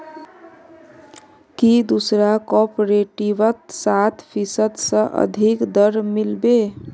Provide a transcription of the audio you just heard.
की दूसरा कॉपरेटिवत सात फीसद स अधिक दर मिल बे